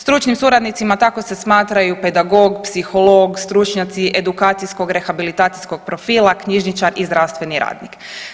Stručnim suradnicima tako se smatraju pedagog, psiholog, stručnjaci edukacijskog rehabilitacijskog profila, knjižničar i zdravstveni radnik.